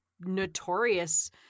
notorious